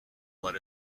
let